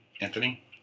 Anthony